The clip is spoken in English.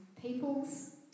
peoples